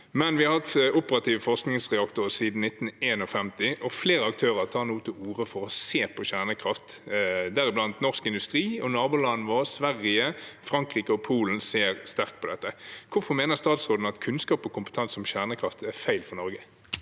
men vi har hatt operative forskningsreaktorer siden 1951, og flere aktører tar nå til orde for å se på kjernekraft, deriblant norsk industri og nabolandene våre. Sverige, Frankrike og Polen ser mye på dette. Hvorfor mener statsråden at kunnskap og kompetanse om kjernekraft er feil for Norge?